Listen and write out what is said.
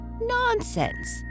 Nonsense